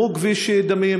גם הוא כביש דמים,